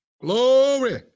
Glory